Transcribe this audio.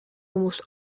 almost